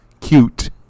Cute